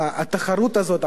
התחרות הזאת,